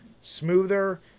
smoother